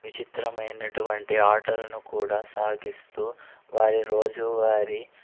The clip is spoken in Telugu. విచిత్రమైనటువంటి ఆటలను కూడా సాగిస్తూ వారి రోజువారి